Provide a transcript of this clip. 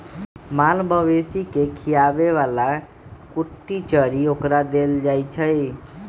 माल मवेशी के खीयाबे बला कुट्टी चरी ओकरा देल जाइ छै